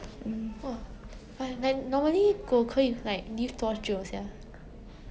!wah! then normally 狗可以 live 多久 sia